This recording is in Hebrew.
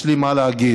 יש לי מה להגיד,